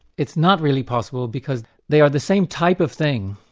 it's not really possible, because they are the same type of thing.